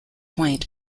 point